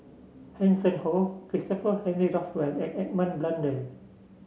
Hanson Ho Christopher Henry Rothwell and Edmund Blundell